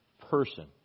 Person